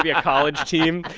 ah yeah college team.